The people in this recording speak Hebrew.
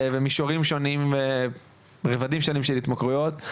מישורים ורבדים שונים של התמכרויות.